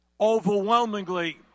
overwhelmingly